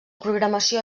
programació